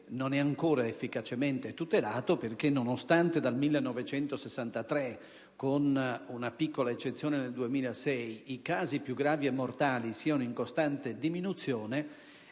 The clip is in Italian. non è ancora efficacemente tutelato, perché, nonostante dal 1963, con una piccola eccezione nel 2006, i casi più gravi e mortali siano in costante diminuzione